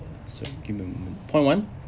part one